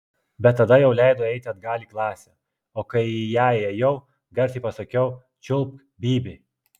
bet tada jau leido eiti atgal į klasę o kai į ją įėjau garsiai pasakiau čiulpk bybį